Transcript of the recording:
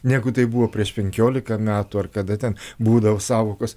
negu tai buvo prieš penkiolika metų ar kada ten būdavo sąvokos